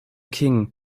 king